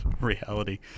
reality